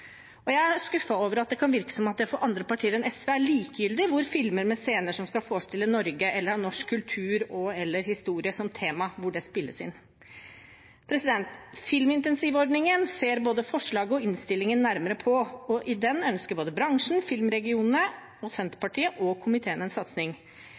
Jeg er også skuffet over at det kan virke som om det for andre partier, utenom SV, er likegyldig hvor filmer med scener som skal forestille Norge, eller som har norsk kultur og/eller historie som tema, spilles inn. Filminsentivordningen ser både forslaget og innstillingen nærmere på, og både bransjen, filmregionene, Senterpartiet og